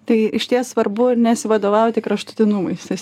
tai išties svarbu ir nesivadovauti kraštutinumais nes